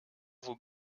vaut